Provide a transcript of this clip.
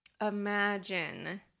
Imagine